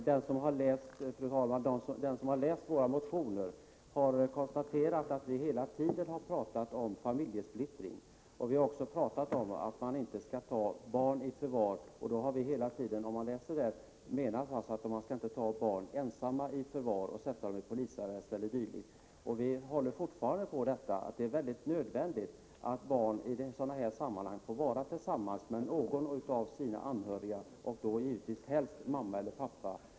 Fru talman! Den som har läst våra motioner har konstaterat att vi hela tiden har talat om familjesplittring och om att man inte skall ta barn i förvar. Vi har hela tiden anfört att man inte skall ta barn ensamma i förvar, sätta dem i polisarrest e.d. Vi håller på att det är nödvändigt att barn i sådana här sammanhang får vara tillsammans med någon av sina anhöriga, helst givetvis mamma eller pappa.